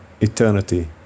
eternity